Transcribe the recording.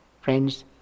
friends